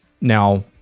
now